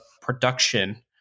production